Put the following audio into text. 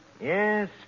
Yes